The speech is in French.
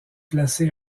placé